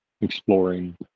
exploring